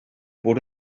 bod